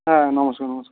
হ্যাঁ নমস্কার নমস্কার